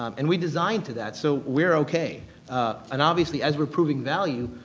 um and we design to that, so we're okay and obviously as we're proving value,